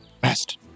best